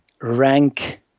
rank